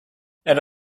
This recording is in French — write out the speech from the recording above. elle